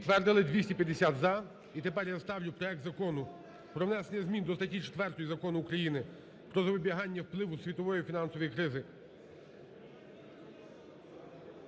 Підтвердили, 250 – за. І тепер я ставлю проект Закону про внесення змін до статті 4 Закону України "Про запобігання впливу світової фінансової кризи,